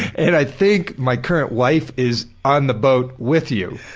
and i think my current wife is on the boat with you.